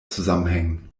zusammenhängen